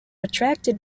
attracted